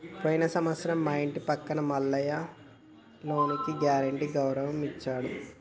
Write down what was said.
పోయిన సంవత్సరం మా ఇంటి పక్క మల్లయ్య లోనుకి గ్యారెంటీ గౌరయ్య ఇచ్చిండు